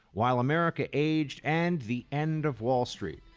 while america aged, and the end of wall street.